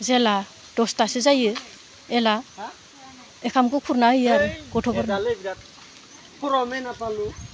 जेब्ला दसथासो जायो अब्ला ओंखामखौ खुरना होयो आरो गथ'फोरनो